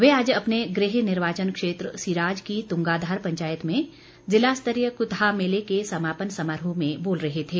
वे आज अपने गृह निर्वाचन क्षेत्र सिराज की तुंगाधार पंचायत में जिला स्तरीय कुथाह मेले के समापन समारोह में बोल रहे थे